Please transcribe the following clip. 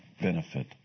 benefit